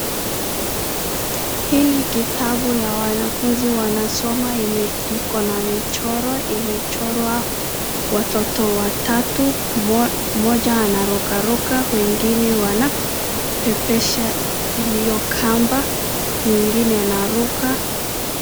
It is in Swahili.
Hii ni kitabu ya wanafuzi wanasoma ikona michoro. Imechorwa watoto watatu, mmoja anarukaruka wengine wanapepesha hio kamba mwingine anaruka.